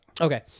Okay